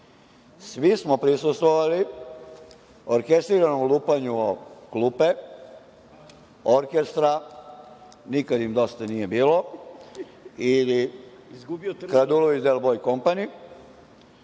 smo prisustvovali, orkestriranom o lupanju o klupe, orkestra „nikad im dosta nije bilo“ ili „kad ulovi del boj kompani“.